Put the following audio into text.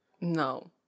No